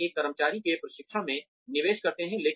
हम एक कर्मचारी के प्रशिक्षण में निवेश करते हैं